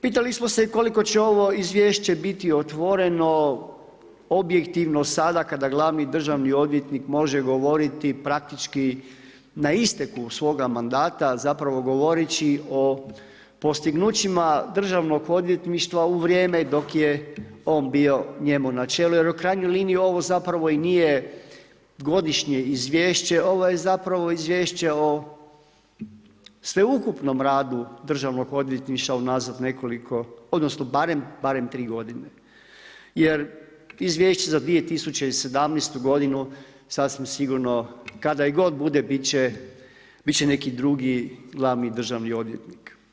Pitali smo se koliko će ovo izvješće biti otvoreno objektivno sada kada glavni državni odvjetnik može govoriti praktički na isteku svoga mandata, zapravo govoreći o postignućima državnog odvjetništva u vrijeme dok je on bio njemu na čelu jer u krajnjoj liniji ovo zapravo i nije godišnje izvješće, ovo je zapravo izvješće o sveukupnom radu državnog odvjetništva unazad nekoliko, odnosno barem tri godine jer izvješće za 2017. godinu sasvim sigurno, kada i god bude, bit će neki drugi glavni državni odvjetnik.